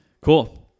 cool